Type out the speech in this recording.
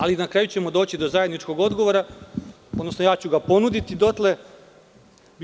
Ali, na kraju ćemo doći do zajedničkog odgovora, odnosno, ja ću ga dotle ponuditi.